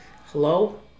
hello